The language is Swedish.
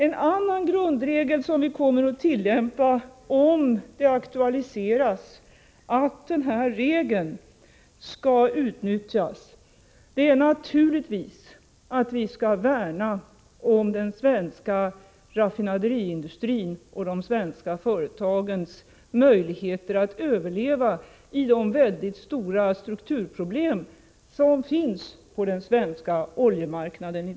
En annan grundregel som vi kommer att tillämpa, om det aktualiseras att den här regeln skall utnyttjas, är naturligtvis att vi skall värna om den svenska raffinaderiindustrins och de svenska företagens möjligheter att överleva trots de mycket stora strukturproblem som i dag finns på den svenska oljemarknaden.